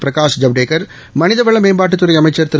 பிரகாஷ் ஜவ்டேகா் மனிதவள மேம்பாட்டுத்துறை அமைச்சா் திரு